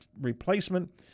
replacement